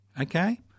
Okay